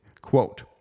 Quote